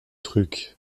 truc